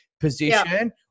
Position